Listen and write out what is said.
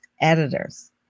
editors